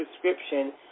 prescription